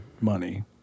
money